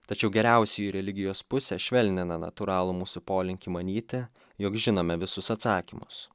tačiau geriausiai į religijos pusę švelnina natūralų mūsų polinkį manyti jog žinome visus atsakymus